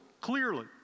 clearly